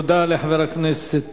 תודה לחבר הכנסת